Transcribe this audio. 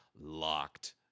locked